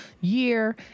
year